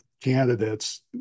candidates